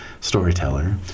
storyteller